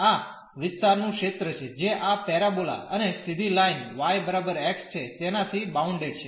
આ વિસ્તાર નું ક્ષેત્ર છે જે આ પેરાબોલા અને સીધી લાઇન y બરાબર x છે તેનાથી બાઉન્ડેડ છે